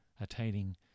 attaining